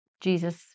Jesus